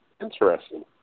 Interesting